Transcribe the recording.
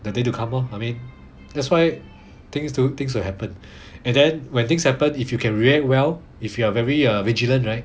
that day to come lor I mean that's why things do things will happen and then when things happen if you can react well if you are very err vigilant right